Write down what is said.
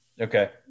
Okay